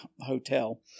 Hotel